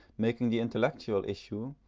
making the intellectual issue,